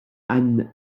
anne